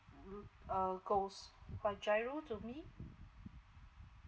mm uh goes by giro to me